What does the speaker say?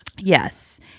Yes